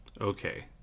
Okay